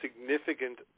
significant